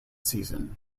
season